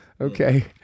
Okay